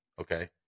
Okay